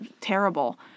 terrible